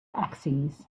axes